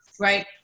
right